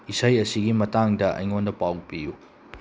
ꯏꯁꯩ ꯑꯁꯤꯒꯤ ꯃꯇꯥꯡꯗ ꯑꯩꯉꯣꯟꯗ ꯄꯥꯎ ꯄꯤꯌꯨ